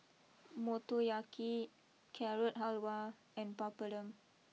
Motoyaki Carrot Halwa and Papadum